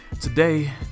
today